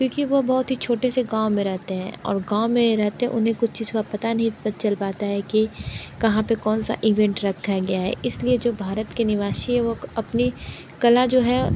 क्योंकि वो बहुत ही छोटे से गाँव में रहते हैं और गाँव में रहते उन्हें कुछ चीज़ का पता नहीं चल पाता है कि कहाँ पर कौन सा इवेंट रखा गया है इस लिए जो भारत के निवासी है वो अपने कला जो है